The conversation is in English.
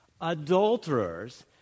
adulterers